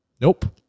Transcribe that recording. Nope